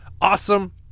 Awesome